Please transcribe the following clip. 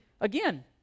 again